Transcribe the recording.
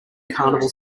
carnival